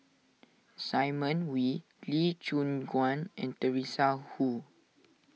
Simon Wee Lee Choon Guan and Teresa Hsu